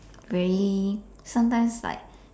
very sometimes like